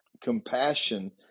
compassion